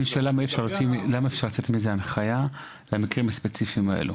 אני שואל למה אי-אפשר לצאת עם איזו הנחייה במקרים הספציפיים האלה?